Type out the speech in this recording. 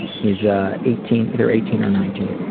he's, ah, eighteen, either eighteen or nineteen,